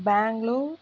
Bangalore